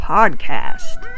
Podcast